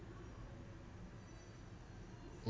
mm